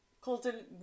Colton